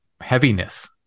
heaviness